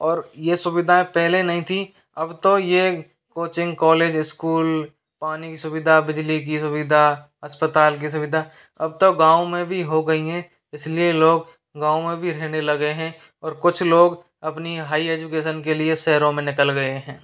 और यह सुविधाएँ पहले नहीं थी अब तो यह कोचिंग कॉलेज स्कूल पानी की सुविधा बिजली की सुविधा अस्पताल की सुविधा अब तो गाँव में भी हो गई हैं इसलिए लोग गाँव में भी रहने लगे हैं और कुछ लोग अपनी हाई एजुकेशन के लिए शहरों में निकल गए हैं